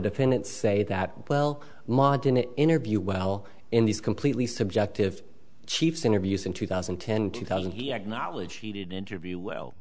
defendants say that well montana interview well in these completely subjective chiefs interviews in two thousand and ten two thousand he acknowledged he did interview well